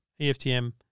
EFTM